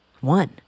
one